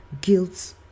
guilt